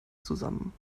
zusammen